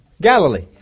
Galilee